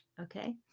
Okay